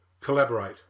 Collaborate